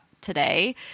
today